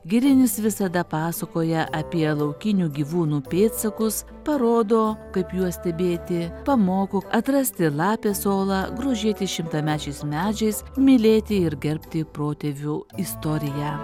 girinis visada pasakoja apie laukinių gyvūnų pėdsakus parodo kaip juos stebėti pamoko atrasti lapės olą grožėtis šimtamečiais medžiais mylėti ir gerbti protėvių istoriją